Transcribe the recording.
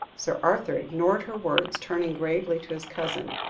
sir arthur ignored her words, turning gravely to his cousin.